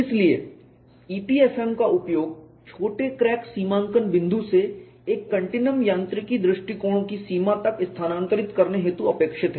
इसलिए EPFM का उपयोग छोटे क्रैक सीमांकन बिंदु से एक कंटीन्यूयम यांत्रिकी दृष्टिकोण की सीमा तक स्थानांतरित करने हेतु अपेक्षित है